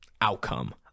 outcome